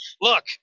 look